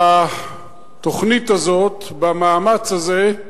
בתוכנית הזאת, במאמץ הזה,